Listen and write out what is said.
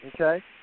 Okay